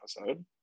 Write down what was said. episode